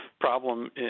problem